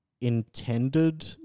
intended